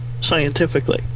scientifically